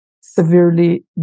severely